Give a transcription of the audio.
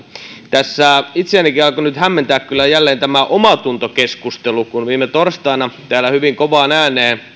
tässä itseänikin alkoi nyt hämmentää kyllä jälleen tämä omatuntokeskustelu kun viime torstaina täällä hyvin kovaan ääneen